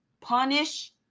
punish